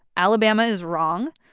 alabama is wrong.